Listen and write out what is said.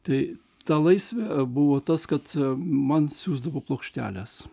tai ta laisvė buvo tas kad man siųsdavo plokšteles